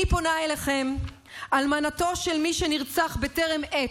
אני פונה אליכם, אלמנתו של מי שנרצח בטרם עת,